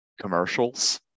commercials